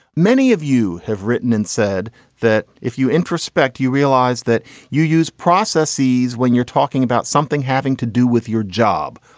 many of you have written and said that if you introspect, you realize that you use processes when you're talking about something having to do with your job,